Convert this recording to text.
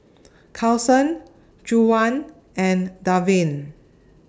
Cason Juwan and Darvin